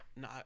No